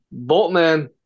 Boltman